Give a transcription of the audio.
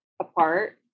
apart